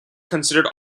considered